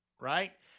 right